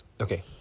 Okay